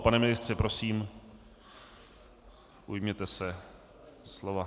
Pane ministře, prosím, ujměte se slova.